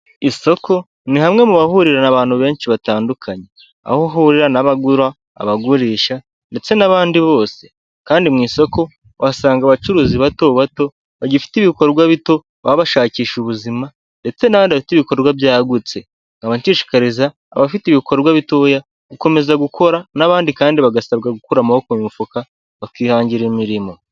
Isoko ni hamwe mu hahurira abantu benshi batandukanye, aho uhurira n'abagura, abagurisha, ndetse n'abandi bose, kandi mu isoko uhasanga abacuruzi bato bato bagifite ibikorwa bito baba bashakisha ubuzima, ndetse n'abandi bafite ibikorwa byagutse, nkaba nshishikariza abafite ibikorwa bitoya gukomeza gukora, n'abandi kandi bagasabwa gukura amaboko mu mifuka, bakihangira imirimo.